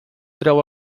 treu